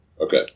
Okay